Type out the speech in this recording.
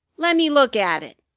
lemme look at it.